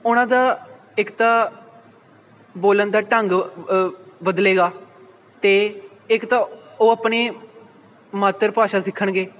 ਉਹਨਾਂ ਦਾ ਇੱਕ ਤਾਂ ਬੋਲਣ ਦਾ ਢੰਗ ਬਦਲੇਗਾ ਅਤੇ ਇੱਕ ਤਾਂ ਉਹ ਆਪਣੇ ਮਾਤਰ ਭਾਸ਼ਾ ਸਿੱਖਣਗੇ